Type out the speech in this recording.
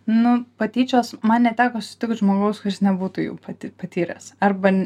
nu patyčios man neteko sutikt žmogaus kuris patyręs arba